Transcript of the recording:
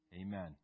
Amen